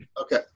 Okay